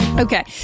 Okay